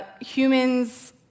humans